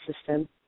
system